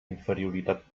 inferioritat